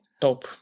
top